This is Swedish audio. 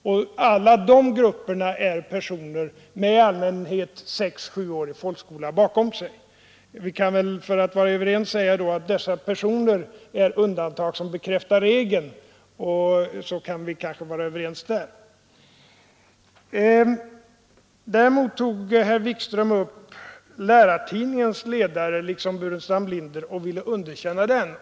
I alla de grupperna finns personer med i allmänhet sexeller sjuårig folkskola bakom sig. Vi kan väl säga att dessa personer är undantag som bekräftar regeln, så kan vi kanske vara överens, Däremot tog herr Wikström liksom herr Burenstam Linder upp Lärartidningens ledare och ville underkänna den.